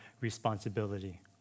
responsibility